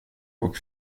och